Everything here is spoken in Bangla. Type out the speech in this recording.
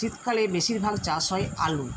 শীতকালে বেশীরভাগ চাষ হয় আলু